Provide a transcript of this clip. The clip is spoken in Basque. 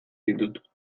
ditut